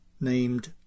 named